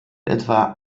etwa